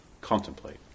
contemplate